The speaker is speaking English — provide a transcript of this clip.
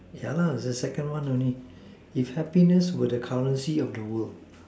yeah lah is the second one only if happiness were the currency of the world